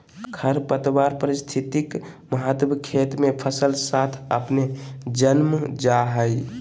खरपतवार पारिस्थितिक महत्व खेत मे फसल साथ अपने जन्म जा हइ